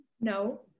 No